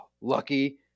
lucky